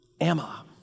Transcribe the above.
Emma